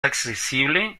accesible